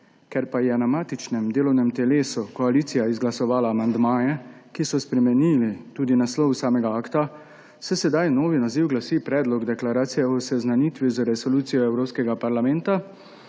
Ker pa je na matičnem delovnem telesu koalicija izglasovala amandmaje, ki so spremenili tudi naslov samega akta, se sedaj novi naziv glasi Predlog deklaracije o seznanitvi z Resolucijo Evropskega parlamenta